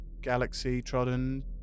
galaxy-trodden